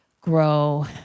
grow